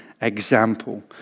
example